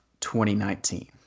2019